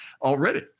already